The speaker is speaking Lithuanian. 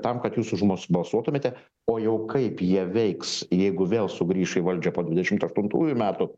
tam kad jūs už mus balsuotumėte o jau kaip jie veiks jeigu vėl sugrįš į valdžią po dvidešimt aštuntųjų metų